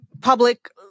public